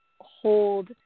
hold